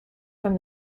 from